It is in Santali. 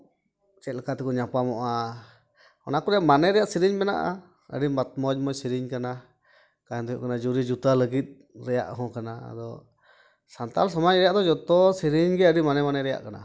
ᱪᱮᱫᱞᱮᱠᱟ ᱛᱮᱠᱚ ᱧᱟᱯᱟᱢᱚᱜᱼᱟ ᱚᱱᱟ ᱠᱚ ᱨᱮᱭᱟᱜ ᱢᱟᱱᱮ ᱨᱮᱭᱟᱜ ᱥᱤᱨᱤᱧ ᱢᱮᱱᱟᱜᱼᱟ ᱟᱹᱰᱤ ᱢᱚᱡᱽᱼᱢᱚᱡᱽ ᱥᱤᱨᱤᱧ ᱠᱟᱱᱟ ᱠᱟᱨᱚᱱ ᱫᱚ ᱦᱩᱭᱩᱜ ᱠᱟᱱᱟ ᱡᱩᱨᱤ ᱡᱚᱛᱟ ᱞᱟᱹᱜᱤᱫ ᱨᱮᱭᱟᱜ ᱦᱚᱸ ᱠᱟᱱᱟ ᱟᱫᱚ ᱥᱟᱱᱛᱟᱞ ᱥᱚᱢᱟᱡᱽ ᱨᱮᱭᱟᱜ ᱫᱚ ᱡᱚᱛᱚ ᱥᱮᱨᱮᱧ ᱜᱮ ᱟᱹᱰᱤ ᱢᱟᱱᱮ ᱢᱟᱱᱮ ᱨᱮᱭᱟᱜ ᱠᱟᱱᱟ